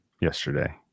yesterday